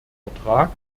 vertrag